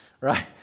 right